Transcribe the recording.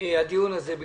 הדיון הזה קשה מאוד,